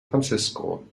francisco